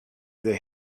they